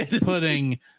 putting